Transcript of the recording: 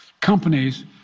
companies